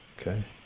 Okay